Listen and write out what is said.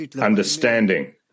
understanding